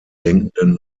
denkenden